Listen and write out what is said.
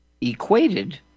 equated